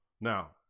Now